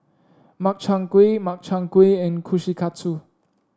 Makchang Gui Makchang Gui and Kushikatsu